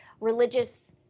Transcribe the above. religious